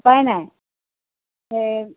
উপায় নাই